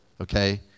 okay